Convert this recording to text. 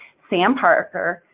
sam parker,